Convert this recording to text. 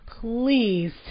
Please